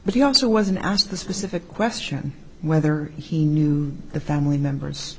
but he also wasn't asked the specific question whether he knew the family members